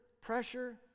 pressure